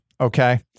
okay